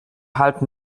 halten